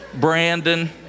Brandon